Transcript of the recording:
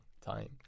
time